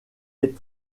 est